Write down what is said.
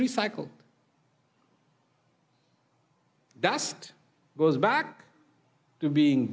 recycle that goes back to being